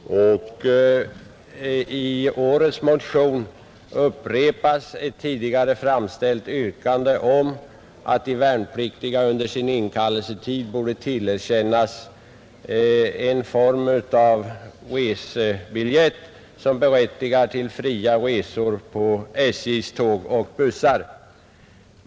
Herr talman! I detta betänkande behandlas motionen 698 av mig och några andra ledamöter angående fria resor för värnpliktiga. Den här motionen har i olika sammanhang under de senaste åren återkommit, och i årets motion upprepas ett tidigare framställt yrkande om att de värnpliktiga under sin inkallelsetid borde tillerkännas en form av resebiljett som berättigar till fria resor på SJ:s tåg och bussar.